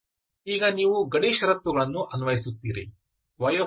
ಈಗ ನೀವು ಗಡಿ ಷರತ್ತುಗಳನ್ನು ಅನ್ವಯಿಸುತ್ತೀರಿ